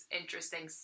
interesting